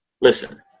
listen